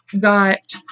got